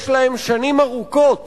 יש להם שנים ארוכות